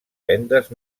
vendes